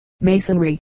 masonry